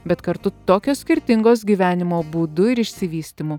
bet kartu tokios skirtingos gyvenimo būdu ir išsivystymu